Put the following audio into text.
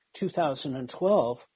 2012